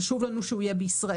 חשוב לנו שהוא יהיה בישראל,